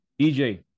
EJ